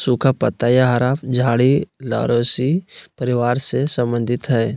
सुखा पत्ता या हरा झाड़ी लॉरेशी परिवार से संबंधित हइ